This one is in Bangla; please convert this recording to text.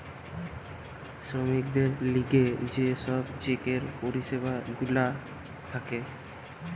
শ্রমিকদের লিগে যে সব চেকের পরিষেবা গুলা থাকে